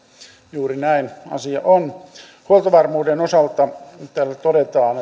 juuri näin asia on huoltovarmuuden osalta täällä todetaan